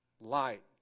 Light